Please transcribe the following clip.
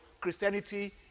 Christianity